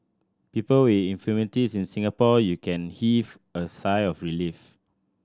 people with infirmities in Singapore you can heave a sigh of relief